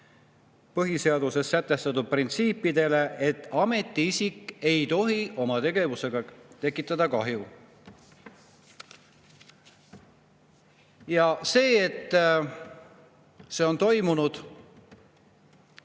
põhiseaduses sätestatud printsiipidele, et ametiisik ei tohi oma tegevusega tekitada kahju. See, et see on toimunud,